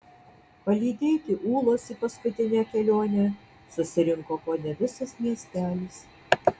palydėti ūlos į paskutinę kelionę susirinko kone visas miestelis